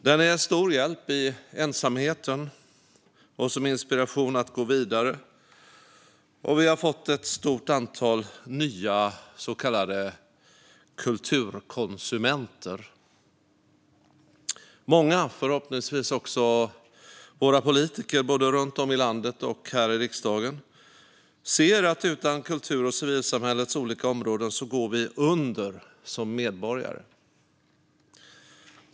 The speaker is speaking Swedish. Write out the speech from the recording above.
Den är stor hjälp i ensamheten och som inspiration att gå vidare, och vi har fått ett stort antal nya så kallade kulturkonsumenter. Många, förhoppningsvis också våra politiker både runt om i landet och här i riksdagen, ser att utan kultur och civilsamhällets olika områden går vi under som medborgare.